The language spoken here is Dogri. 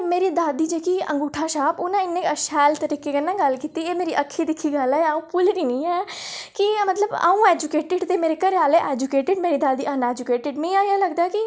मेरी दादी जेह्की अंगूठा छाप उ'नें इन्नै शैल तरीके कन्नै गल्ल कीती एह् मेरी अक्खीं गल्ल ऐ अ'ऊं भुलनी निं ऐ कि जे अ'ऊं अनएजुकेटड ऐ ते मेरे घरै आह्ले एजुकेटड ते मेरी दादी अनएजुकेटड मिगी इ'यां लगदा कि